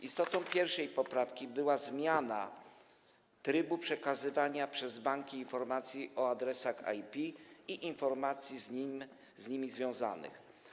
Istotą 1. poprawki była zmiana trybu przekazywania przez banki informacji o adresach IP i informacji z nimi związanych.